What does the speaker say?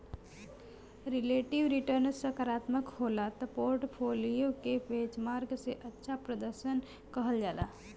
relative return सकारात्मक होला त पोर्टफोलियो के बेंचमार्क से अच्छा प्रर्दशन कहल जाला